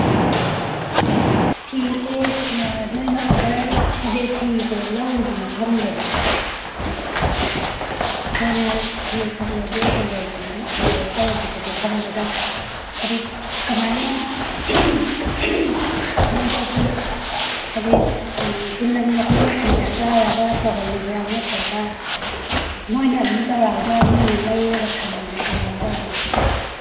ꯐꯤꯁꯦ ꯅꯣꯏꯅ ꯑꯣꯗꯔ ꯍꯥꯏꯁꯦ ꯐꯤꯁꯦ ꯂꯧꯔꯤꯕ ꯃꯐꯝꯗꯣ ꯅꯣꯏꯅ ꯐꯤ ꯑꯁꯨꯛ ꯂꯧꯒꯦ ꯑꯁꯨꯛ ꯂꯧꯒꯦꯅ ꯑꯣꯗꯔ ꯇꯧꯒꯤꯕ ꯃꯐꯝꯗꯨꯗ ꯍꯥꯏꯗꯤ ꯀꯃꯥꯏꯅ ꯃꯣꯏꯗꯒꯤ ꯍꯥꯏꯗꯤ ꯆꯨꯝꯅ ꯅꯈꯣꯏꯅ ꯐꯤ ꯊꯥꯗꯔꯒ ꯇꯧꯍꯜꯂꯤꯕ꯭ꯔꯥ ꯅꯠꯇ꯭ꯔꯒ ꯃꯣꯏꯅ ꯑꯗꯨꯝ ꯇꯧꯔꯛꯑꯒ ꯅꯣꯏꯅ ꯂꯩꯔꯒ ꯊꯝꯃꯤꯔꯥ ꯀꯃꯥꯏꯅ ꯇꯧꯕꯅꯣ